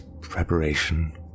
preparation